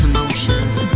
Emotions